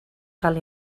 cal